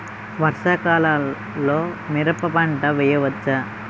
వర్షాకాలంలో మిరప పంట వేయవచ్చా?